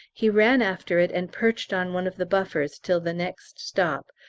he ran after it, and perched on one of the buffers till the next stop,